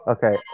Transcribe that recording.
Okay